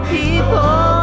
people